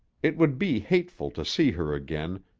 it would be hateful to see her again,